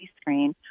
screen